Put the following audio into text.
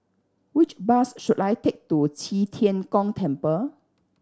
which bus should I take to Qi Tian Gong Temple